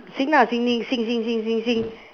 sing lah sing sing sing sing sing sing sing